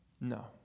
No